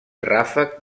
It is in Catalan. ràfec